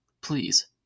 please